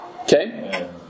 okay